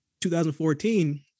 2014